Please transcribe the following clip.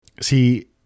See